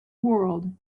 world